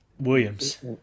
williams